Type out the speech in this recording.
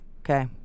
Okay